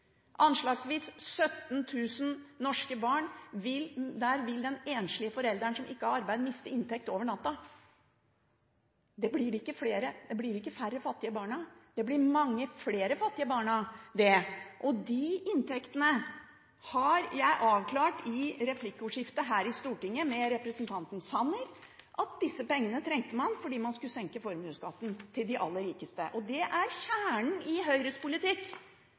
Anslagsvis 17 000 norske barn har en enslig forelder som ikke har arbeid, og som vil miste inntekt over natten. Det blir det ikke færre fattige barn av, det blir det mange flere fattige barn av. Disse inntektene – det har jeg avklart i et replikkordskifte i Stortinget med representanten Sanner – disse pengene, trengte man fordi man skulle senke formuesskatten for de aller rikeste. Det er kjernen i Høyres politikk.